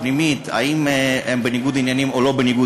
הפנימית: האם הם בניגוד עניינים או לא בניגוד